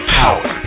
power